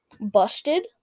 busted